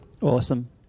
Awesome